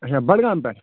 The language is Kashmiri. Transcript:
اَچھا بڈگام پٮ۪ٹھ